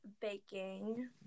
baking